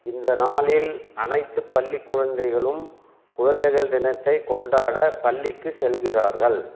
இந்த நாளில் அனைத்து பள்ளிக் குழந்தைகளும் குழந்தைகள் தினத்தைக் கொண்டாட பள்ளிக்கு செல்கிறார்கள்